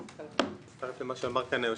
אני מצטרף למה שאמר כאן היושב-ראש,